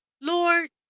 Lord